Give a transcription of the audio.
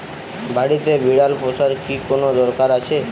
বাড়িতে বিড়াল পোষার কি কোন দরকার আছে?